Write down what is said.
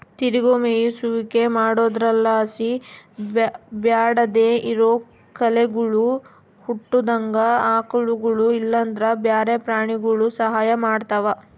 ತಿರುಗೋ ಮೇಯಿಸುವಿಕೆ ಮಾಡೊದ್ರುಲಾಸಿ ಬ್ಯಾಡದೇ ಇರೋ ಕಳೆಗುಳು ಹುಟ್ಟುದಂಗ ಆಕಳುಗುಳು ಇಲ್ಲಂದ್ರ ಬ್ಯಾರೆ ಪ್ರಾಣಿಗುಳು ಸಹಾಯ ಮಾಡ್ತವ